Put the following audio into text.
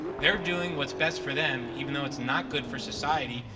they're doing what's best for them even though it's not good for society,